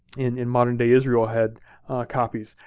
in modern day israel had copies.